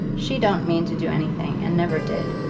she don't mean to do anything, and never did.